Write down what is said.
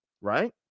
right